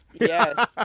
Yes